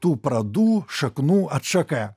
tų pradų šaknų atšaka